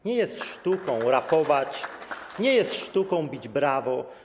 Nie jest sztuką rapować, nie jest sztuką bić brawo.